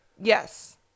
Yes